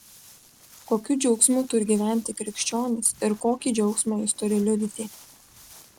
kokiu džiaugsmu turi gyventi krikščionis ir kokį džiaugsmą jis turi liudyti